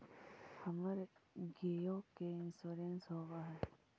हमर गेयो के इंश्योरेंस होव है?